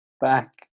back